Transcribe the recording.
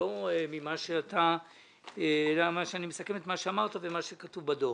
ממה שאמרת וממה שכתוב בדוח.